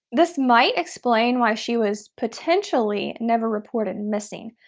this might explain why she was potentially never reported missing.